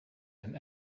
and